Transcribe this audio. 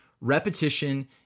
repetition